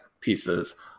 pieces